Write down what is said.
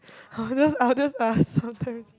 !huh! I'll just ask I will just ask sometimes